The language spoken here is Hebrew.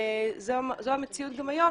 וזו המציאות גם היום,